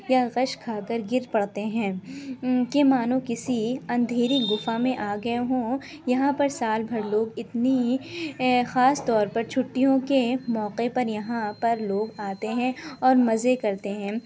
یا غش کھا کر گر پڑتے ہیں کہ مانو کسی اندھیری گھپا میں آ گئے ہوں یہاں پر سال بھر لوگ اتنی خاص طور پر چھٹیوں کے موقعے پر یہاں پر لوگ آتے ہیں اور مزے کرتے ہیں